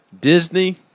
Disney